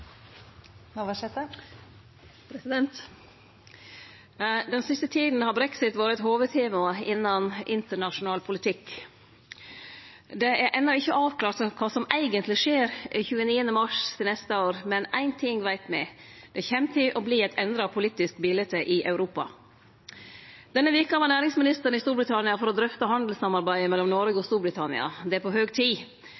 Den siste tida har brexit vore eit hovudtema innan internasjonal politikk. Det er enno ikkje avklart kva som eigentleg skjer den 29. mars til neste år. Men éin ting veit me: Det kjem til å verte eit endra politisk bilete i Europa. Denne veka var næringsministeren i Storbritannia for å drøfte handelssamarbeidet mellom Noreg og